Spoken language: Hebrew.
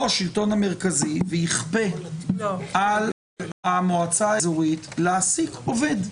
השלטון המרכזי ויכפה על המועצה האזורית להעסיק עובד?